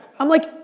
i'm like,